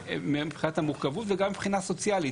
וגם מבחינה סוציאלית.